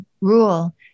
rule